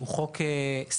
הוא "חוק סל".